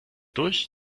durch